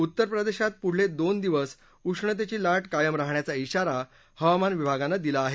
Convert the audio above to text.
उत्तर प्रदेशात पुढले दोन दिवस उष्णतेची लाट कायम राहण्याचा इशारा हवामान विभागानं दिला आहे